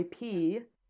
ip